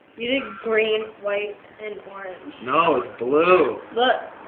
you did green, white, and orange. no, it's blue. look.